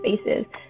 spaces